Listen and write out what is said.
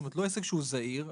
לא עסק שהוא זעיר,